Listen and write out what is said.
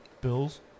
Bills